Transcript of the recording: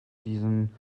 diesem